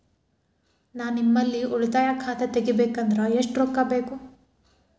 ನಾ ನಿಮ್ಮಲ್ಲಿ ಉಳಿತಾಯ ಖಾತೆ ತೆಗಿಬೇಕಂದ್ರ ಎಷ್ಟು ರೊಕ್ಕ ಬೇಕು?